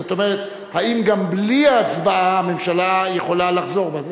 זאת אומרת אם גם בלי ההצבעה הממשלה יכולה לחזור בה.